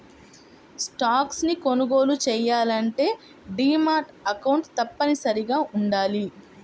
stocks ని కొనుగోలు చెయ్యాలంటే డీమాట్ అకౌంట్ తప్పనిసరిగా వుండాలి